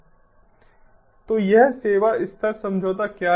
तो यह सेवा स्तर समझौता क्या है